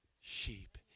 sheep